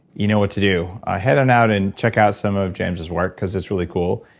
you know what to do. head on out and check out some of james' work because it's really cool.